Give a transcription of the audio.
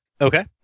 Okay